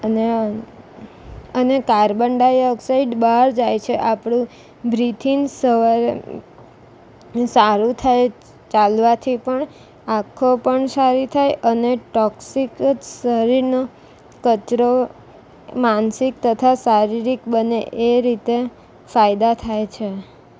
અને અને carbon dioxide બહાર જાય છે આપણું બ્રિથિંગ સવારે સારું થાય ચાલવાથી પણ આંખો પણ સારી થાય અને ટોક્સિક શરીરનો કચરો માનસિક તથા શારીરિક બંને એ રીતે ફાયદા થાય છે